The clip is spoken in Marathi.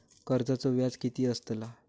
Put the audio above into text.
कर्जाचो व्याज कीती असताला?